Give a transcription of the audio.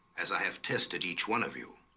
as i have tested each one of you